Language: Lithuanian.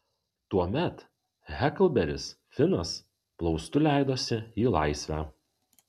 tuomet heklberis finas plaustu leidosi į laisvę